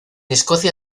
escocia